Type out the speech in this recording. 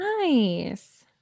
Nice